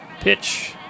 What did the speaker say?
Pitch